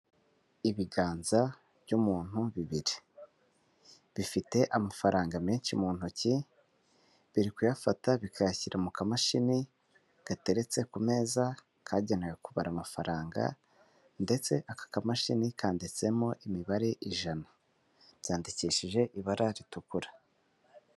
Ibiganza by'umuntu bibiri, bifite amafaranga menshi mu ntoki, biri kuyafata bikayashyira mu kamashini gateretse ku meza, kagenewe kubara amafaranga, ndetse aka kamashini kandiditsemo imibare ijana, byandikishije ibara ritukura.